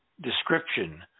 description